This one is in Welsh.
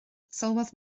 sylwodd